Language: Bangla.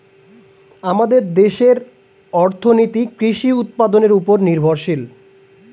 আমাদের দেশের অর্থনীতি কৃষি উৎপাদনের উপর নির্ভরশীল